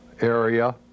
area